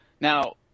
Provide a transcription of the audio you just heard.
Now